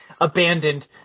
Abandoned